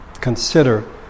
consider